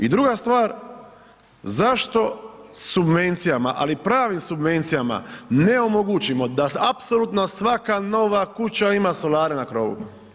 I druga stvar, zašto subvencijama, ali pravim subvencijama ne omogućimo da apsolutno svaka nova kuća ima solare na krovu?